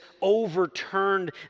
overturned